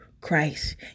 Christ